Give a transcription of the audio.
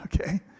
okay